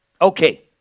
Okay